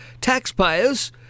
taxpayers